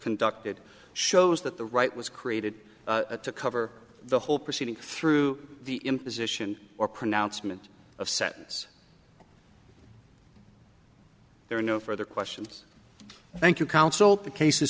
conducted shows that the right was created to cover the whole proceeding through the imposition or pronouncement of sentence there are no further questions thank you counsel